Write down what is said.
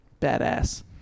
Badass